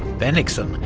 bennigsen,